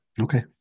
Okay